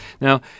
Now